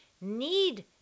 need